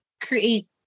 create